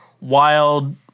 wild